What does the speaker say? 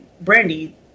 Brandy